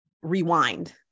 rewind